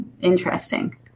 Interesting